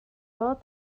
well